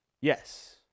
Yes